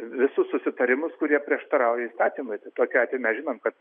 visus susitarimus kurie prieštarauja įstatymui tokiu atveju mes žinome kad